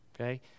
Okay